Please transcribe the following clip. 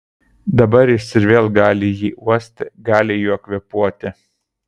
dabar jis ir vėl gali jį uosti gali juo kvėpuoti